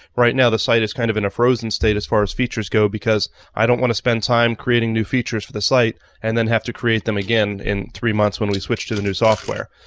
right now, the site is kind of in a frozen state as far as features go because i don't wanna spend time creating new features for the site and then have to create them again in three months when we switch to the new software.